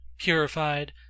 purified